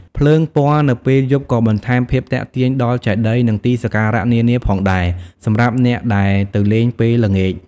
ភ្លើងពណ៌នៅពេលយប់ក៏បន្ថែមភាពទាក់ទាញដល់ចេតិយនិងទីសក្ការៈនានាផងដែរសម្រាប់អ្នកដែលទៅលេងពេលល្ងាច។